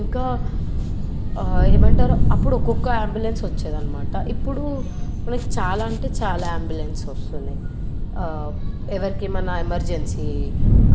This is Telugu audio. ఇంకా ఏమంటారు అప్పుడు ఒక్కొక్క ఆంబులెన్స్ వచ్చేదన్నమాట ఇప్పుడు మనకు చాలా అంటే చాలా ఆంబులెన్స్ వస్తున్నాయి ఎవరికి ఏమైనా ఎమర్జెన్సీ